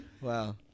Wow